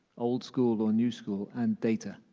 old school or new school, and data?